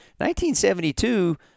1972